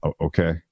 Okay